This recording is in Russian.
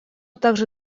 также